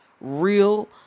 real